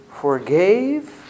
forgave